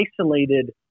isolated